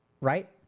right